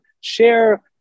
share